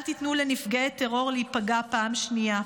אל תיתנו לנפגעי טרור להיפגע פעם שנייה.